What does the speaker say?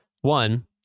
One